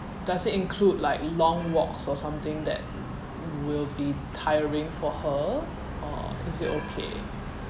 does it include like long walks or something that will be tiring for her or it okay